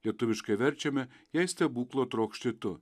lietuviškai verčiame jei stebuklo trokšti tu